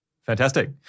Fantastic